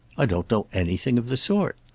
i don't know anything of the sort.